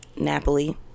Napoli